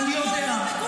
אני יודע.